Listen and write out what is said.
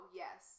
yes